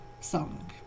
song